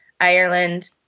Ireland